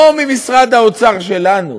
לא ממשרד האוצר שלנו,